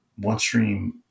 OneStream